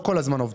תוך